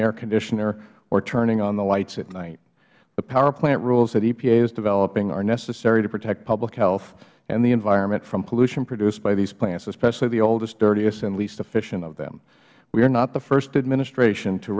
air conditioner or turning on the lights at night the power plant rules that epa is developing are necessary to protect public health and the environment from pollution produced by these plants especially the oldest dirtiest and least efficient of them we are not the first administration to